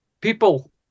people